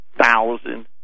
thousand